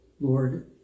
Lord